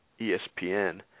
ESPN